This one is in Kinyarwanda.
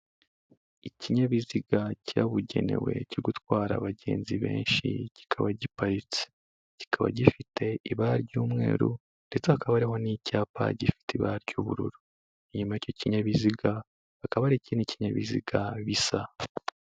Ikinyabiziga cyabugenewe cyo gutwara abagenzi benshi kikaba giparitse, kikaba gifite ibara ry'umweru ndetse hakabaho n'icyapa gifite ibara cy'ubururu, inyuma yicyo kinyabiziga hakaba hari ikindi kinyabiziga bisa.